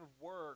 work